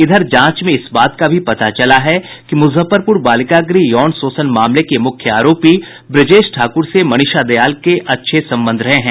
इधर जांच में इस बात का भी पता चला है कि मुजफ्फरपुर बालिका गृह यौन शोषण मामले के मुख्य आरोपी ब्रजेश ठाकुर से मनीषा दयाल के अच्छे संबंध रहे हैं